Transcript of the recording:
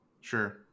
Sure